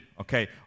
Okay